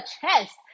chest